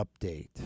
update